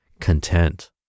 content